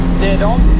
they don't